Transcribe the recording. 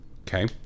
okay